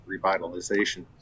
revitalization